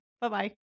Bye-bye